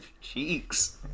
cheeks